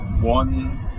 one